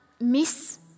miss